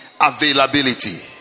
Availability